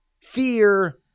fear